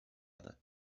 other